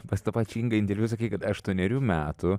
tu pas tą pačią ingą sakei kad aštuonerių metų